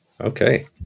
Okay